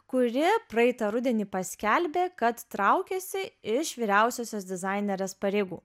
kuri praeitą rudenį paskelbė kad traukiasi iš vyriausiosios dizainerės pareigų